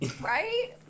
Right